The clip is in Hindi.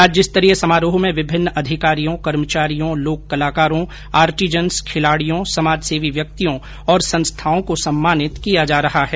राज्य स्तरीय समारोह में विभिन्न अधिकारियों कर्मचारियों लोक कलाकारों आर्टीजन्स खिलाड़ियों समाज सेवी व्यक्तियों और संस्थाओं को सम्मानित किया जायेगा